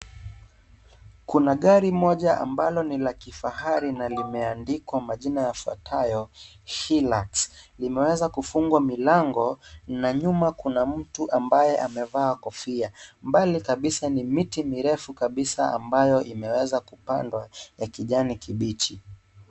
Kuna gari moja ambalo ni la kifahari na limeandikwa majina yafuatayo, Hillux. Limeweza kufungwa milango na nyuma kuna mtu ambaye amevaa kofia. Mbali kabisa ni miti mirefu kabisa ambayo imeweza kupandwa ya kijani kibichi.